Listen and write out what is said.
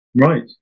right